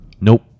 Nope